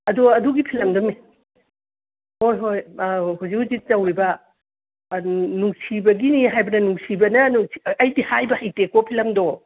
ꯑꯗꯨ ꯑꯗꯨꯒꯤ ꯐꯤꯂꯝꯗꯣ ꯍꯣꯏ ꯍꯣꯏ ꯑꯥ ꯍꯧꯖꯤꯛ ꯍꯧꯖꯤꯛ ꯇꯧꯔꯤꯕ ꯑꯗꯨ ꯅꯨꯡꯁꯤꯕꯒꯤ ꯍꯥꯏꯕꯔꯥ ꯅꯨꯡꯁꯤꯕꯅ ꯑꯩꯗꯤ ꯍꯥꯏꯕ ꯍꯩꯇꯦꯀꯣ ꯐꯤꯂꯝꯗꯣ